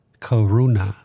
karuna